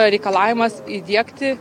reikalavimas įdiegti